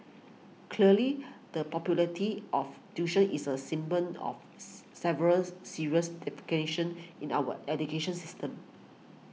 clearly the popularity of tuition is a of several serious in our education system